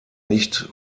nicht